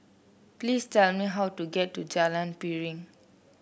please tell me how to get to Jalan Piring